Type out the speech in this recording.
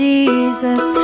Jesus